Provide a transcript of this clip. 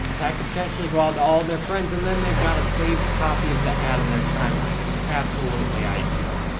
that could potentially go out to all their friends and then they've got a saved copy of the ad in their timeline. it's absolutely ideal.